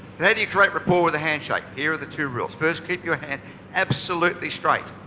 yeah do you create rapport with a handshake? here are the two rules. first keep your hand absolutely straight.